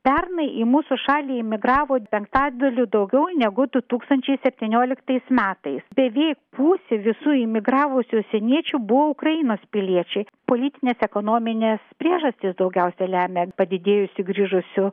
pernai į mūsų šalį imigravo penktadaliu daugiau negu du tūkstančiai septynioliktais metais beveik pusė visų imigravusių užsieniečių buvo ukrainos piliečiai politinės ekonominės priežastys daugiausiai lemia padidėjusi grįžusių